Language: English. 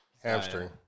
Hamstring